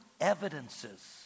evidences